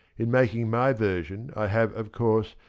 in making my version i have, of course,